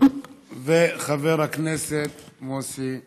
וחבר הכנסת מוסי רז.